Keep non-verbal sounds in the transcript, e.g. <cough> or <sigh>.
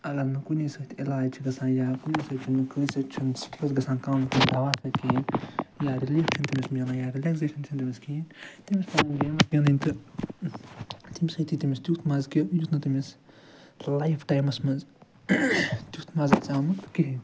اگر نہٕ کُنے سۭتۍ عِلاج چھُ گَژھان یا کُنہِ سۭتۍ <unintelligible> کٲنٛسہِ سۭتۍ چھُنہٕ سِٹریٚس گَژھان کَم <unintelligible> دوا سۭتۍ کِہیٖنۍ یا رِلیٖف چھُنہٕ تٔمِس میلان یا رِلیکزیشن چھَنہٕ تٔمِس کِہیٖنۍ تٔمِس <unintelligible> گیٚمٕز گِنٛدٕنۍ تہٕ تَمہِ سۭتۍ یی تٔمِس تیٛتھ مَزٕ کہِ یُتھ نہٕ تٔمِس لایِف ٹایِمس منٛز تیٛتھ مَزٕ آسہِ آمُت کِہیٖنۍ